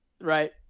right